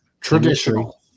traditional